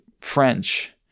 French